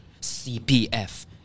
CPF